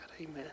Amen